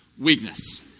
weakness